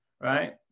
right